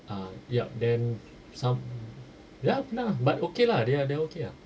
um yup then some ya pernah but okay lah they are they are okay ah